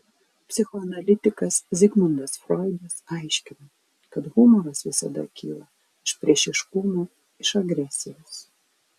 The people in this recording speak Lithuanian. psichoanalitikas zigmundas froidas aiškino kad humoras visada kyla iš priešiškumo iš agresijos